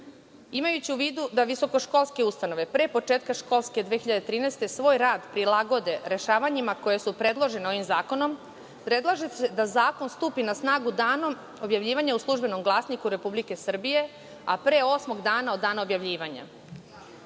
izmena. Imajući u vidu da visokoškolske ustanove pre početka školske 2013. svoj rad prilagode rešavanjima koja su predložena ovim zakonom, predlaže se da Zakon stupi na snagu danom objavljivanja u „Službenom glasniku Republike Srbije“, a pre osmog dana od dana objavljivanja. Srpska